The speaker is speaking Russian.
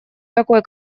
такой